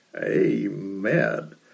amen